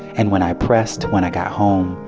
and when i pressed when i got home,